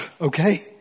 okay